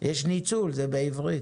יש ניצול, זה בעברית.